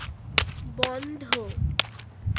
বন্ধ